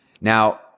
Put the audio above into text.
Now